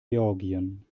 georgien